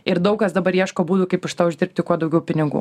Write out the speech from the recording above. ir daug kas dabar ieško būdų kaip iš to uždirbti kuo daugiau pinigų